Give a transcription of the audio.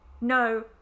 No